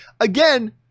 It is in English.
again